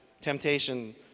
temptation